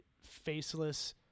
faceless